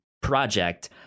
project